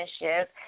relationship